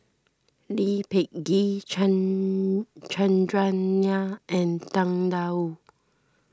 Lee Peh Gee Chandran Nair and Tang Da Wu